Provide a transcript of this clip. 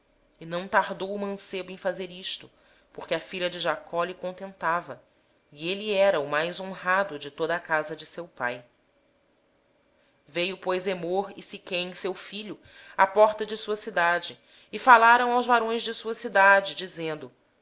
filho não tardou pois o mancebo em fazer isso porque se agradava da filha de jacó era ele o mais honrado de toda a casa de seu pai vieram pois hamor e siquém seu filho à porta da sua cidade e falaram aos homens da cidade dizendo